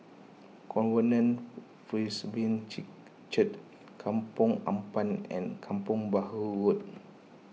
Covenant Presbyterian Church Kampong Ampat and Kampong Bahru Road